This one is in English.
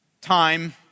time